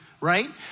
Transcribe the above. right